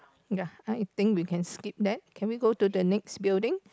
ya I think we can skip that can we go to the next building